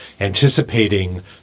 anticipating